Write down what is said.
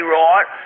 right